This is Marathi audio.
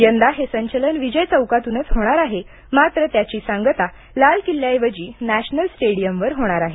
यंदा हे संचलन विजय चौकातूनच होणार आहे मात्र त्याची सांगता लाल किल्ल्याऐवजी नॅशनल स्टेडियमवर होणार आहे